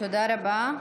תודה רבה.